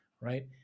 right